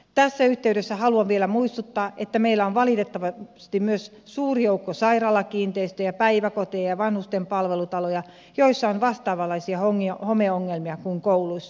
tässä yhteydessä haluan vielä muistuttaa että meillä on valitettavasti myös suuri joukko sairaalakiinteistöjä päiväkoteja ja vanhusten palvelutaloja joissa on vastaavanlaisia homeongelmia kuin kouluissa